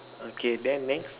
okay then next